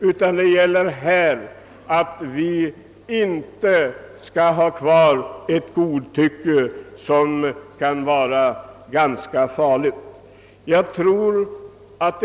Vi skall inte på detta område ha kvar ett godtycke som kan vara ganska farligt.